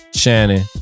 Shannon